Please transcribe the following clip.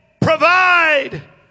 provide